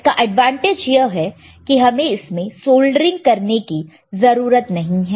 इसका एडवांटेज यह कि हमें इसमें सोल्डरिंग करने की जरूरत नहीं है